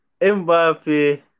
Mbappe